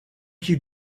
you